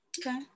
Okay